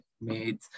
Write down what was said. made